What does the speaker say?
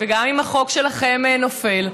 וגם אם החוק שלכם נופל,